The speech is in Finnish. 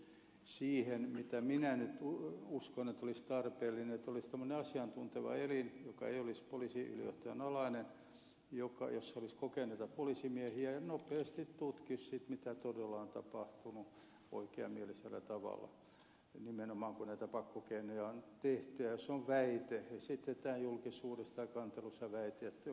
minä uskon että nyt olisi tarpeellinen tämmöinen asiantunteva elin joka ei olisi poliisiylijohtajan alainen jossa olisi kokeneita poliisimiehiä ja joka nopeasti oikeamielisellä tavalla tutkisi mitä todella on tapahtunut nimenomaan silloin kun näitä pakkokeinoja on käytetty ja kun julkisuudessa tai kantelussa on esitetty väite että jokin on mennyt väärin